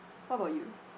how about you